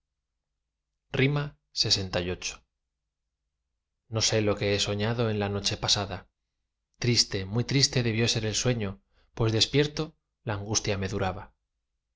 sólo no baste lxviii no sé lo que he soñado en la noche pasada triste muy triste debió ser el sueño pues despierto la angustia me duraba